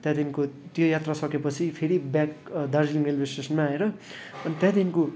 त्यहाँदेखिको त्यो यात्रा सकेपछि फेरि ब्याक दार्जिलिङ रेलवे स्टेसनमा आएर त्यहाँदेखिको